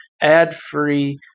ad-free